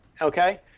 okay